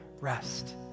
rest